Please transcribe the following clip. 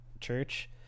church